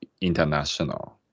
international